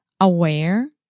aware